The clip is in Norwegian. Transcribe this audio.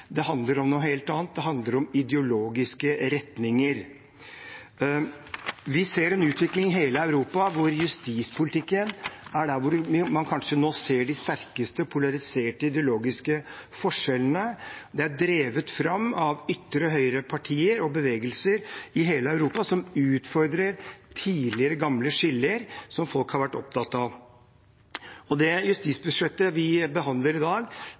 ikke handler om penger, det handler om noe helt annet. Det handler om ideologiske retninger. Vi ser en utvikling i hele Europa hvor justispolitikken er der man kanskje nå ser de sterkeste polariserte ideologiske forskjellene. Det er drevet fram av ytre-høyre-partier og bevegelser i hele Europa som utfordrer tidligere gamle skiller som folk har vært opptatt av. Det justisbudsjettet vi behandler i dag,